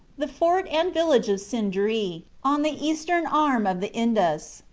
the fort and village of sindree, on the eastern arm of the indus,